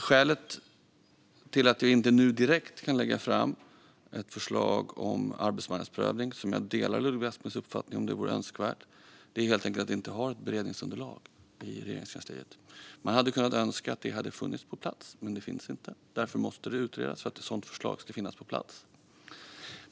Skälet till att jag inte nu direkt kan lägga fram ett förslag om arbetsmarknadsprövning, där jag delar Ludvig Asplings uppfattning om att det är önskvärt, är att det helt enkelt inte finns ett beredningsunderlag i Regeringskansliet. Man hade kunnat önska sig att det fanns på plats, men det finns inte. Därför måste frågan utredas så att ett sådant förslag ska finnas på plats.